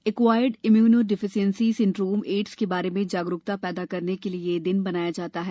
acquired immunodeficiency syndrome AIDS के बारे में जागरुकता पैदा करने के लिए यह दिन मनाया जाता है